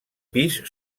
pis